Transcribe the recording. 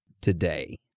today